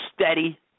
steady